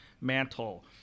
mantle